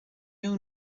اون